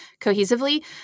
cohesively